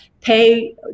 pay